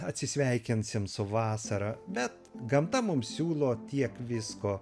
atsisveikinsim su vasara bet gamta mum siūlo tiek visko